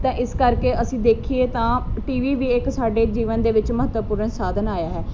ਤਾਂ ਇਸ ਕਰਕੇ ਅਸੀਂ ਦੇਖੀਏ ਤਾਂ ਟੀ ਵੀ ਵੀ ਇਕ ਸਾਡੇ ਜੀਵਨ ਦੇ ਵਿੱਚ ਮਹੱਤਵਪੂਰਨ ਸਾਧਨ ਆਇਆ ਹੈ